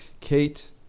Kate